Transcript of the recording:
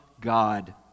God